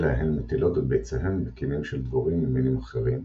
אלא הן מטילות את ביציהן בקנים של דבורים ממינים אחרים,